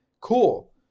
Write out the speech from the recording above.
cool